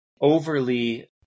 overly